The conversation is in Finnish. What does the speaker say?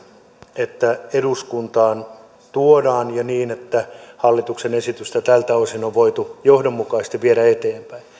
että tämä eduskuntaan tuodaan ja niin että hallituksen esitystä tältä osin on voitu johdonmukaisesti viedä eteenpäin